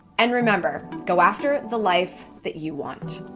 and remember, go after the life that you want.